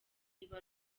niba